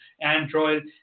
Android